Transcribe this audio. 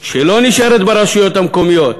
שלא נשארת ברשויות המקומיות